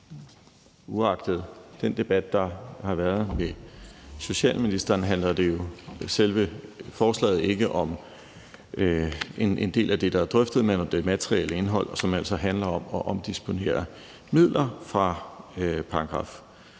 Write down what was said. uagtet den debat, der har været med socialministeren, handler selve forslaget ikke om en del af det, der er drøftet, men om det materiale indhold, som altså handler om at omdisponere midler fra §